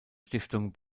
stiftung